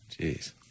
Jeez